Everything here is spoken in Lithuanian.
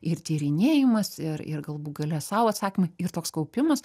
ir tyrinėjimas ir ir galbū gale sau atsakymai ir toks kaupimas